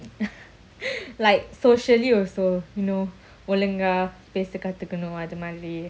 like socially also you know ஒழுங்காபேசகத்துக்கணும்அதுமாதிரி:olunga pesa kathukanum adhu madhiri